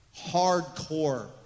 hardcore